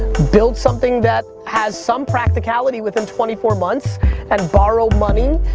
build something that has some practicality within twenty four months and borrow money,